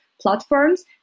platforms